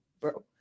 bro